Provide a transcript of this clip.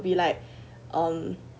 be like on